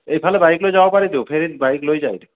এইফালে বাইক লৈ যাব পাৰিতো ফেৰীত বাইক লৈ যায়